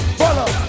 follow